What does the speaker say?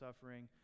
suffering